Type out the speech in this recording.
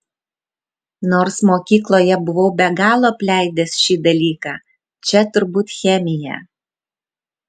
nors mokykloje buvau be galo apleidęs šį dalyką čia turbūt chemija